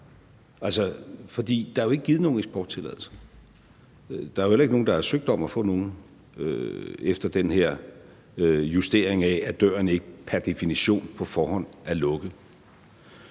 der jo ikke er givet nogen eksporttilladelser. Der er heller ikke nogen, der har søgt om at få en efter den her justering, hvorefter døren ikke pr. definition på forhånd er lukket.